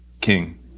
king